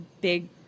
big